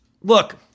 look